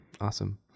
awesome